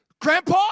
Grandpa